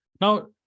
Now